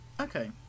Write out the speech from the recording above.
Okay